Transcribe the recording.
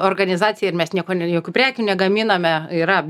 organizacija ir mes nieko jokių prekių negaminame yra